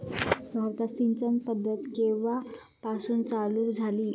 भारतात सिंचन पद्धत केवापासून चालू झाली?